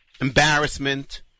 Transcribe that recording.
Embarrassment